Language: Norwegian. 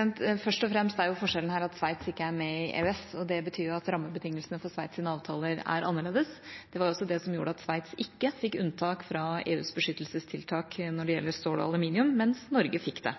og fremst er forskjellen at Sveits ikke er med i EØS, og det betyr at rammebetingelsene for Sveits’ avtaler er annerledes. Det var også det som gjorde at Sveits ikke fikk unntak fra EUs beskyttelsestiltak når det